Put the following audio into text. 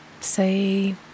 say